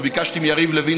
וביקשתי מיריב לוין,